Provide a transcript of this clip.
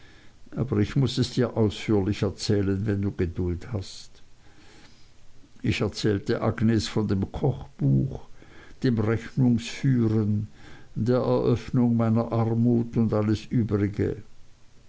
aber ich muß es dir ausführlich erzählen wenn du geduld hast ich erzählte agnes von dem kochbuch dem rechnungsführen der eröffnung meiner armut und alles übrige